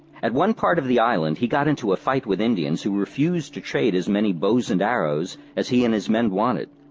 at one part of the island he got into a fight with indians who refused to trade as many bows and arrows as he and his men wanted.